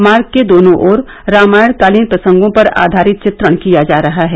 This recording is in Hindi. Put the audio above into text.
मार्ग के दोनों और रामायण कालीन प्रसंगों पर आधारित चित्रण किया जा रहा है